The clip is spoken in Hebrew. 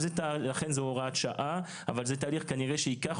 אכן זו הוראת שעה אבל זה תהליך כנראה שייקח